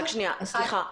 רק שנייה, סליחה.